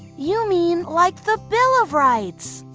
you mean, like the bill of rights?